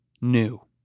new